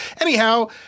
Anyhow